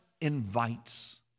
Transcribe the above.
invites